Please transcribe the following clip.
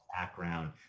background